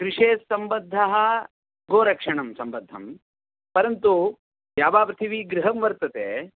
कृषेः सम्बद्धः गोरक्षणं सम्बद्धं परन्तु द्यावापृथिवी गृहं वर्तते